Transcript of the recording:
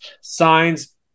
signs